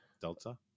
Delta